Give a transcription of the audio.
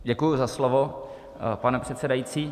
Děkuji za slovo, pane předsedající.